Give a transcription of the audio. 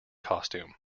costume